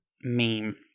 meme